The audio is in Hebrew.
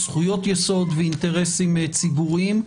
זכויות יסוד ואינטרסים ציבוריים.